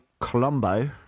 Colombo